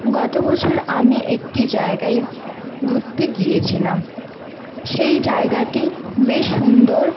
গতবছর আমি একটি জায়গায় ঘুরতে গিয়েছিলাম সেই জায়গাটি বেশ সুন্দর